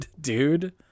dude